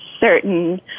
certain